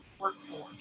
workforce